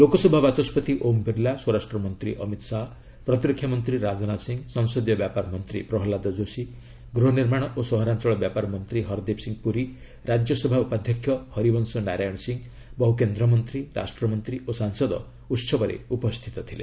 ଲୋକସଭା ବାଚସ୍କତି ଓମ୍ ବିର୍ଲା ସ୍ୱରାଷ୍ଟ୍ର ମନ୍ତ୍ରୀ ଅମିତ ଶାହା ପ୍ରତିରକ୍ଷାମନ୍ତ୍ରୀ ରାଜନାଥ ସିଂହ ସଂସଦୀୟ ବ୍ୟାପର ମନ୍ତ୍ରୀ ପ୍ରହଲ୍ଲାଦ ଯୋଶୀ ଗୃହନିର୍ମାଣ ଓ ସହରାଞ୍ଚଳ ବ୍ୟାପାର ମନ୍ତ୍ରୀ ହର୍ଦିପ ସିଂହ ପୁରୀ ରାଜ୍ୟସଭା ଉପାଧ୍ୟକ୍ଷ ହରିବଂଶ ନାରାୟଣ ସିଂହ ବହୁ କେନ୍ଦ୍ରମନ୍ତ୍ରୀ ରାଷ୍ଟ୍ରମନ୍ତ୍ରୀ ଓ ସାଂସଦ ଉହବରେ ଉପସ୍ଥିତ ଥିଲେ